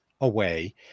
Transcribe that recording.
away